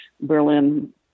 Berlin